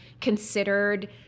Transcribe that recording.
considered